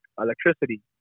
electricity